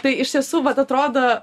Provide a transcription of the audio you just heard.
tai iš tiesų vat atrodo